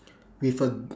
with a g~